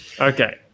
okay